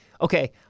okay